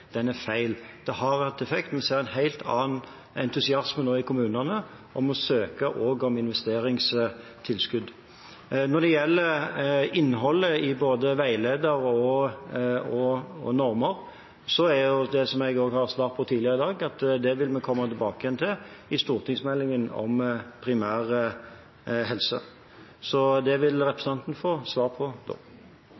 har hatt effekt, vi ser nå en helt annen entusiasme i kommunene for å søke om investeringstilskudd. Når det gjelder innholdet i veileder og normer, vil vi, som jeg har svart på tidligere i dag, komme tilbake til det i stortingsmeldingen om primærhelse. Så det vil representanten få svar på da.